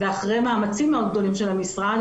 ואחרי מאמצים מאוד גדולים של המשרד,